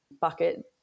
bucket